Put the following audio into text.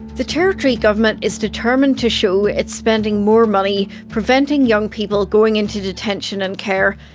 the territory government is determined to show it's spending more money preventing young people going into detention and care,